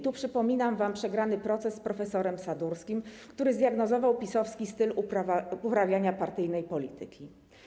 Tu przypominam wam przegrany proces z prof. Sadurskim, który zdiagnozował PiS-owski styl uprawiania partyjnej polityki.